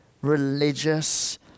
religious